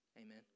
Amen